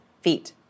feet